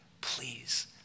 Please